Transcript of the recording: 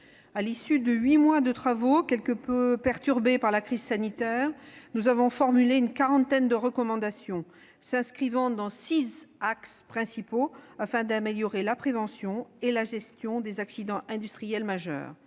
à l'issue de huit mois de travaux quelque peu perturbés par la crise sanitaire, nous avons formulé une quarantaine de recommandations s'inscrivant dans six axes principaux, afin d'améliorer la prévention et la gestion des accidents industriels majeurs.